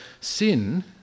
sin